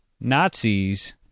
Nazis